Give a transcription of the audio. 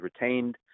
retained